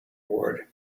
ward